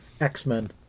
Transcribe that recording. X-Men